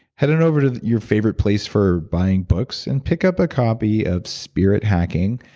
head on over to your favorite place for buying books, and pick up a copy of spirit hacking,